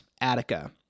Attica